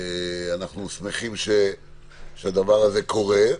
אנחנו שמחים שהדבר הזה קורה,